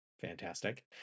fantastic